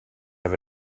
have